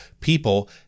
people